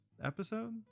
episode